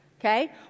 Okay